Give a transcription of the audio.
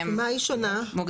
במה היא שונה?